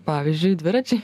pavyzdžiui dviračiai